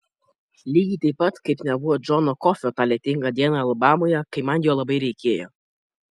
lygiai taip pat kaip nebuvo džono kofio tą lietingą dieną alabamoje kai man jo labai reikėjo